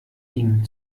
ihm